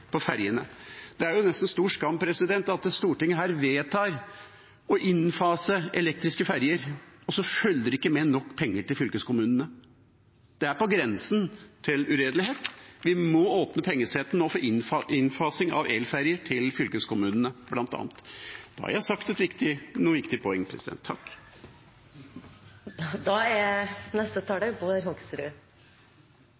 Det er nesten en stor skam at Stortinget her vedtar å innfase elektriske ferger, og så følger det ikke med nok penger til fylkeskommunene. Det er på grensen til uredelighet. Vi må åpne pengesekken til fylkeskommunene for innfasing av elferger bl.a. Nå har jeg kommet med noen viktige poeng. Når representanten Nævra har sagt at han har kommet med noen viktige poeng,